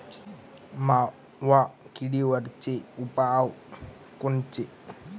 मावा किडीवरचे उपाव कोनचे?